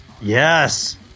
Yes